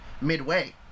midway